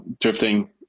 drifting